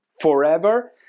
forever